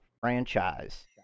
franchise